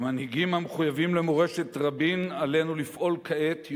כמנהיגים המחויבים למורשת רבין עלינו לפעול כעת,